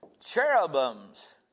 cherubims